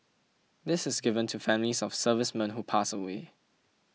this is given to families of servicemen who pass away